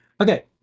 Okay